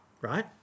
right